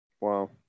Wow